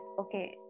okay